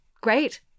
great